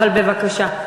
אבל בבקשה.